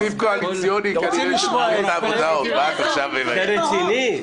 ------ זה רציני?